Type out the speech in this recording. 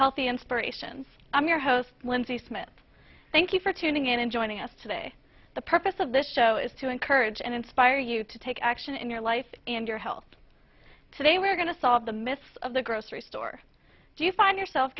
healthy inspirations i'm your host wendy smith thank you for tuning in and joining us today the purpose of this show is to encourage and inspire you to take action in your life and your health today we're going to solve the mists of the grocery store do you find yourself